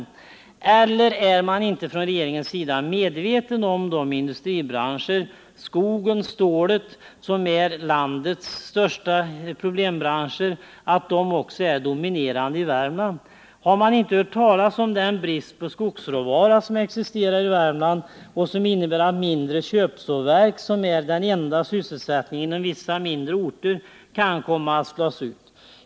Eller är regeringen inte medveten om att de industribranscher, skogen och stålet, som är landets största problembranscher också är dominerande i Värmland? Har man inte hört talas om den brist på skogsråvara som existerar i Värmland och som innebär att mindre köpsågverk, som är den enda sysselsättningen inom vissa mindre orter, kan komma att slås ut?